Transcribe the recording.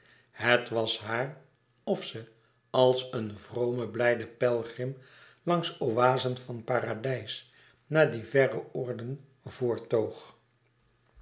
het was haar of ze als een vrome blijde pelgrim langs oazen van paradijs naar die verre oorden voorttoog